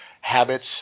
habits